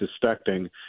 suspecting